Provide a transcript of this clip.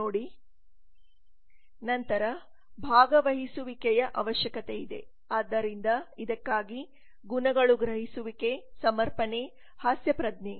ನಂತರ ಭಾಗವಹಿಸುವಿಕೆಯ ಅವಶ್ಯಕತೆಯಿದೆ ಆದ್ದರಿಂದ ಇದಕ್ಕಾಗಿ ಗುಣಗಳು ಗ್ರಹಿಸುವಿಕೆ ಸಮರ್ಪಣೆ ಹಾಸ್ಯ ಪ್ರಜ್ಞೆ